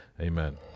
Amen